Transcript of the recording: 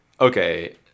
okay